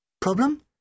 Problem